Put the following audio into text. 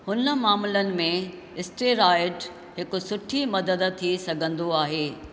हुन मामलनि में स्टेरॉयड हिकु सुठी मदद थी सघन्दो आहे